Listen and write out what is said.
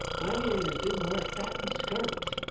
gladiators didn't wear satin skirts.